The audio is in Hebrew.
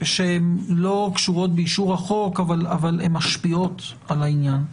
שהן לא קשורות באישור החוק אבל משפיעות על העניין.